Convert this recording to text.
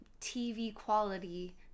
TV-quality